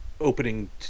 opening